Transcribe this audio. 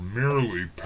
merely